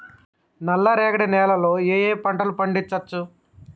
నల్లరేగడి నేల లో ఏ ఏ పంట లు పండించచ్చు?